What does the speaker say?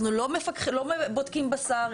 אנחנו לא בודקים בשר.